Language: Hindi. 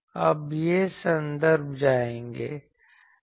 अब ये संदर्भ जाएंगे